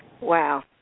Wow